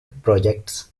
projects